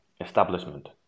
establishment